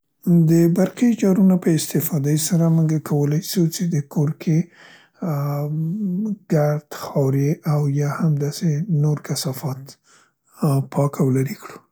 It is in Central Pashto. د برقي جارو نه په استفادې سره مونګه کولای سو څې د کور کې ګرد، خاورې او یا هم داسې نور کثافات پاک او لیرې کړو.